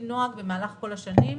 במהלך כל השנים,